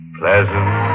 pleasant